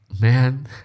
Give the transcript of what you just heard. Man